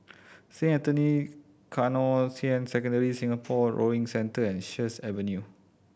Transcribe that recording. Saint Anthony Canossian Secondary Singapore Rowing Centre and Sheares Avenue